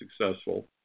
successful